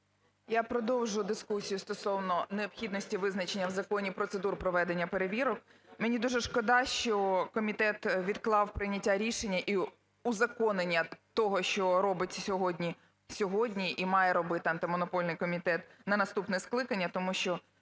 Я продовжу дискусію стосовно необхідності визначення в законі процедур проведення перевірок. Мені дуже шкода, що комітет відклав прийняття рішення і узаконення того, що робить сьогодні, сьогодні і має робити Антимонопольний комітет на наступне скликання, тому що